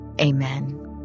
Amen